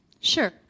Sure